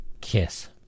kiss